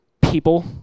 people